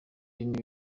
ibindi